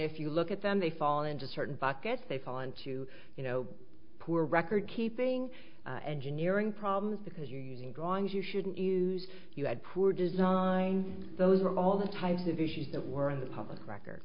if you look at them they fall into certain buckets they fall into you know poor record keeping engineering problems because you're using drawings you shouldn't use you had poor design those were all the types of issues that were in the public